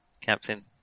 Captain